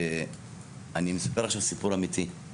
אני מספר עכשיו סיפור אמיתי.